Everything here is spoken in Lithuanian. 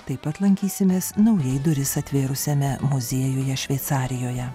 taip pat lankysimės naujai duris atvėrusiame muziejuje šveicarijoje